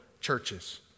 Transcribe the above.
churches